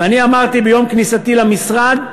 אני אמרתי ביום כניסתי למשרד,